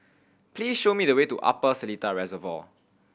please show me the way to Upper Seletar Reservoir